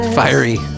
fiery